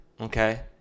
Okay